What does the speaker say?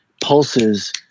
pulses